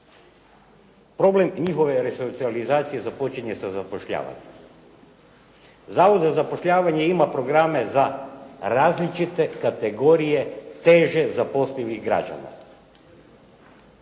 Problem njihove resocijalizacije počinje sa zapošljavanjem. Zavod za zapošljavanje ima programe za različite kategorije teže zaposlivih građana,